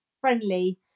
friendly